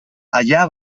allà